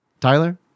Tyler